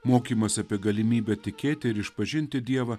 mokymas apie galimybę tikėti ir išpažinti dievą